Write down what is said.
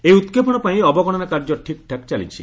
ଏହି ଉତ୍କ୍ଷେପଣ ପାଇଁ ଅବଗଣନା କାର୍ଯ୍ୟ ଠିକ୍ଠାକ୍ ଚାଲିଛି